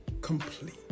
complete